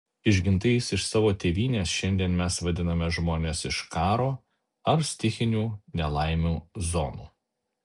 išgintais iš savo tėvynės šiandien mes vadiname žmones iš karo ar stichinių nelaimių zonų